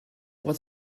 what